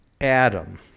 Adam